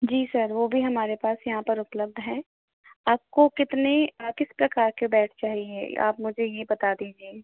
जी sir वो भी हमारे पास यहाँ पर उपलब्ध हैं आपको कितने किस प्रकार का बेड चाहिए आप मुझे यह बता दीजिए